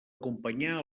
acompanyar